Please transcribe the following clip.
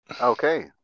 Okay